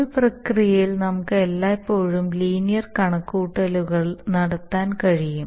ഒരു പ്രക്രിയയിൽ നമുക്ക് എല്ലായ്പ്പോഴും ലീനിയർ കണക്കുകൂട്ടലുകൾ നടത്താൻ കഴിയും